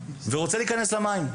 ורוצה להיכנס למים.